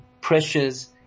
pressures